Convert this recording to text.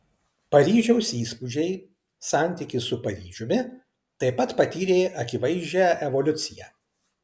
paryžiaus įspūdžiai santykis su paryžiumi taip pat patyrė akivaizdžią evoliuciją